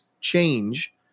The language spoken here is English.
change